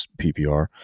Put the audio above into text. PPR